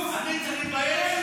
אני צריך להתבייש?